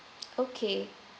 okay